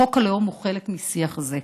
חוק הלאום הוא חלק משיח זה.